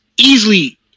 easily